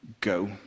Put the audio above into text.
go